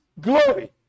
glory